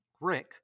Rick